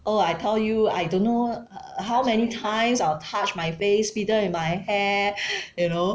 oh I tell you I don't know uh how many times I will touch my face fiddle with my hair you know